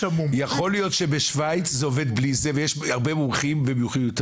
יכול להיות שבשווייץ זה עובד בלי זה ויש הרבה מומחים מיותרים.